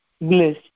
bliss